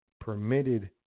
permitted